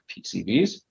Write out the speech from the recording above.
PCBs